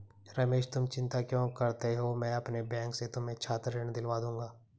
रमेश तुम चिंता क्यों करते हो मैं अपने बैंक से तुम्हें छात्र ऋण दिलवा दूंगा